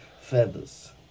feathers